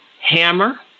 hammer